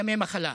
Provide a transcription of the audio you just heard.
ימי מחלה.